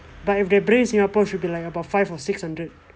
but if bring singapore should be like about five or six hundred